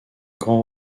grand